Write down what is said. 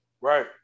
Right